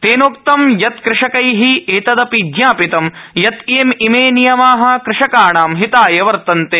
तेनोक्तं यत् कृषकै एतदपि ज्ञापितं यत् इमे नियमा कृषकाणां हिताय वर्तन्ते